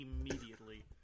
Immediately